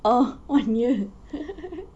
oh one year